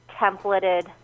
templated